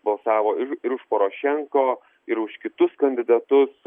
balsavo ir ir už porošenko ir už kitus kandidatus